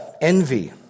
envy